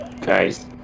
Guys